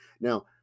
Now